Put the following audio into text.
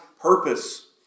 purpose